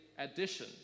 addition